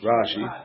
Rashi